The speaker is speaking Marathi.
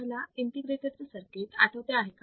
तुम्हाला इंटिग्रेटरचे सर्किट आठवते आहे का